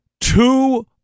Two